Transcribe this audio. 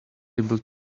able